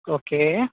okay